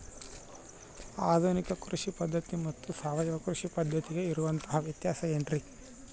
ಆಧುನಿಕ ಕೃಷಿ ಪದ್ಧತಿ ಮತ್ತು ಸಾವಯವ ಕೃಷಿ ಪದ್ಧತಿಗೆ ಇರುವಂತಂಹ ವ್ಯತ್ಯಾಸ ಏನ್ರಿ?